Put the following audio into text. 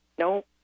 No